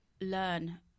learn